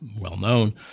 well-known